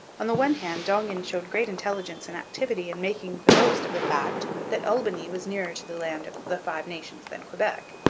on the one hand, dongan showed great intelligence and activity in making the most of the fact that albany was nearer to the land of the five nations than quebec,